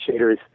shaders